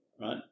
right